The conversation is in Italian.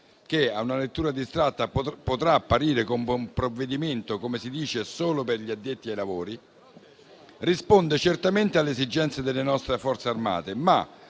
che, a una lettura distratta, potrà apparire come un provvedimento solo per gli addetti ai lavori, risponde certamente alle esigenze delle nostre Forze armate, ma